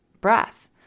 breath